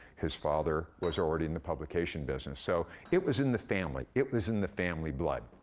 his father was already in the publication business, so it was in the family, it was in the family blood.